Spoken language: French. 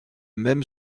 même